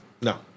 No